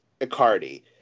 Icardi